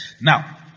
Now